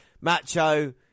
macho